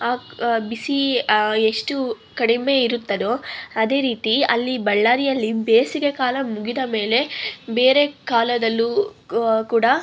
ಆ ಆ ಬಿಸಿ ಎಷ್ಟು ಕಡಿಮೆ ಇರುತ್ತದೋ ಅದೇ ರೀತಿ ಅಲ್ಲಿ ಬಳ್ಳಾರಿಯಲ್ಲಿ ಬೇಸಿಗೆ ಕಾಲ ಮುಗಿದ ಮೇಲೆ ಬೇರೆ ಕಾಲದಲ್ಲೂ ಕೂಡ